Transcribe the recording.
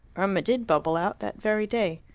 irma did bubble out, that very day.